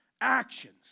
actions